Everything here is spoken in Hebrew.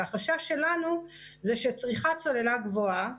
החשש שלנו זה שצריכת סוללה גבוה,